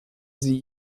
sie